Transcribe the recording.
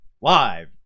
live